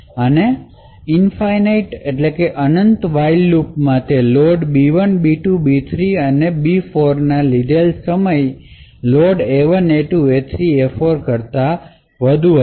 અને આ અનંત while લૂપ માં load B1 B2 B3 and B4 નો લીધેલો સમય load A1 A2 A3 and A4 કરતાં વધુ હશે